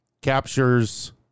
captures